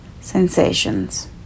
sensations